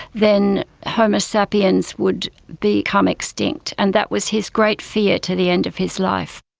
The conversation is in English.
then homo sapiens would become extinct. and that was his great fear to the end of his life.